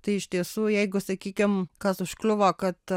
tai iš tiesų jeigu sakykim kas užkliuvo kad